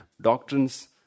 doctrines